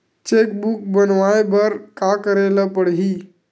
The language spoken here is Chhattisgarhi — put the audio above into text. चेक बुक बनवाय बर का करे ल पड़हि?